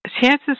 Chances